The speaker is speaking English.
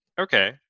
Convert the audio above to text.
Okay